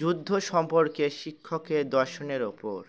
যুদ্ধ সম্পর্কে শিক্ষকের দর্শনের ওপর